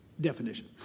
definition